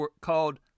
called